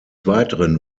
weiteren